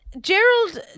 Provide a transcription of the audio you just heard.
Gerald